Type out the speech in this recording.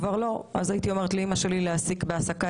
אז הייתי אומרת לאימא שלי להעסיק בהעסקה